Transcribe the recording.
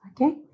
Okay